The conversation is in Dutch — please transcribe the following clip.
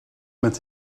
met